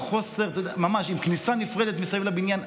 ממש עם כניסה נפרדת מסביב לבניין.